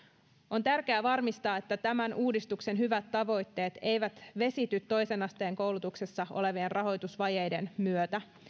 on tärkeää varmistaa että tämän uudistuksen hyvät tavoitteet eivät vesity toisen asteen koulutuksessa olevien rahoitusvajeiden myötä